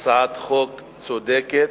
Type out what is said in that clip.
הצעת חוק צודקת,